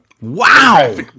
Wow